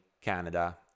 canada